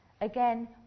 again